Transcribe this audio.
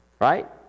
right